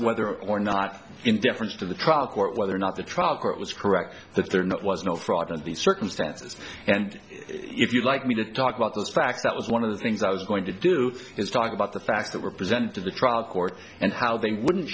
whether or not in deference to the trial court whether or not the trial court was correct that there was no fraud in these circumstances and if you like me to talk about those facts that was one of the things i was going to do is talk about the facts that were presented to the trial court and how they wouldn't